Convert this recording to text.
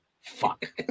Fuck